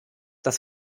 das